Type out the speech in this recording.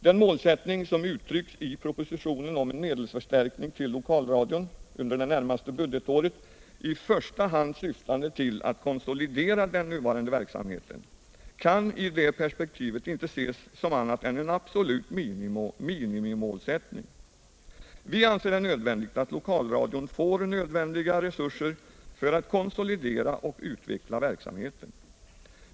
Den målsättning som uttrycks i propositionen om en medelsförstärkning till Iokalradion under det närmaste budgetåret, ”i första hand syftande till att konsolidera den nuvarande verksamheten”, kan i det perspektivet inte ses som annat än en absolut minimimålsättning. Vi anser det nödvändigt att lokalradion får nödvändiga resurser för att konsolidera och utveckla verksamheten.